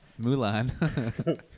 Mulan